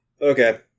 Okay